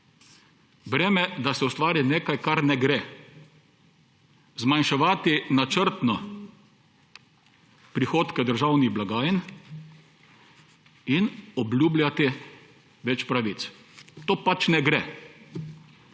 Breme, da se ustvari nekaj, kar ne gre. Načrtno zmanjševati prihodke državnih blagajn in obljubljati več pravic, to pač ne gre.